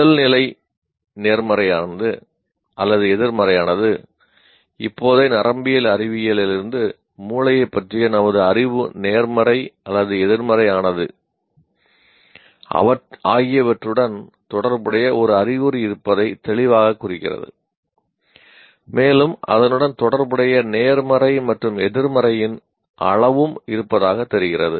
முதல் நிலை நேர்மறையானது அல்லது எதிர்மறையானது இப்போதே நரம்பியல் அறிவியலிலிருந்து மூளையைப் பற்றிய நமது அறிவு நேர்மறை அல்லது எதிர்மறையானது ஆகியவற்றுடன் தொடர்புடைய ஒரு அறிகுறி இருப்பதை தெளிவாகக் குறிக்கிறது மேலும் அதனுடன் தொடர்புடைய நேர்மறை மற்றும் எதிர்மறையின் அளவும் இருப்பதாகத் தெரிகிறது